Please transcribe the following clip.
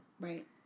Right